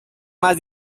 más